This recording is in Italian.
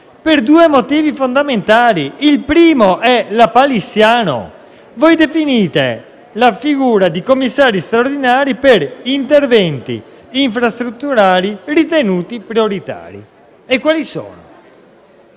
per due motivi fondamentali, il primo dei quali è lapalissiano: voi definite la figura di commissari straordinari per interventi infrastrutturali ritenuti prioritari, ma quali sono